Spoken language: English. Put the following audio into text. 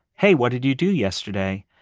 hey, what did you do yesterday?